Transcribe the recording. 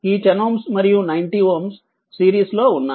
ఈ 10Ω మరియు 90Ω సిరీస్లో ఉన్నాయి